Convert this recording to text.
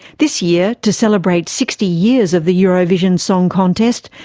this year, to celebrate sixty years of the eurovision song contest,